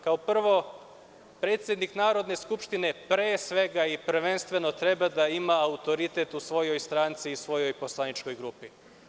Kao prvo, predsednik Narodne skupštine pre svega i prvenstveno treba da ima autoritet u svojoj stranci i svojoj poslaničkoj grupi.